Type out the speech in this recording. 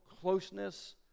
closeness